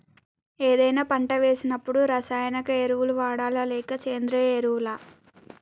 ఏదైనా పంట వేసినప్పుడు రసాయనిక ఎరువులు వాడాలా? లేక సేంద్రీయ ఎరవులా?